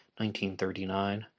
1939